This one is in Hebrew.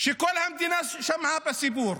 שכל המדינה שמעה את הסיפור,